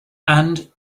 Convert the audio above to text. and